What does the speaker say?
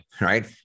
right